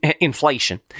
inflation